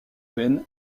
ben